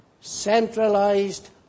centralized